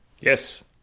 Yes